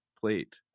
plate